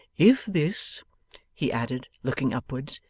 if this he added, looking upwards,